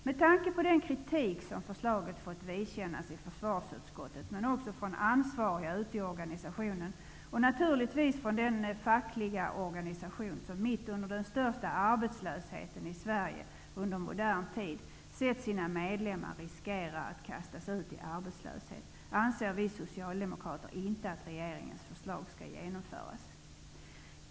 Med tanke på den kritik som förslaget har fått vidkännas i försvarsutskottet, och även från ansvariga ute i organisationen, anser vi socialdemokrater att regeringens förslag inte skall genomföras. Det har även kommit kritik från den fackliga organisationen. Mitt under den största arbetslösheten i Sverige under modern tid finns det risk för att dess medlemmar kastas ut i arbetslöshet.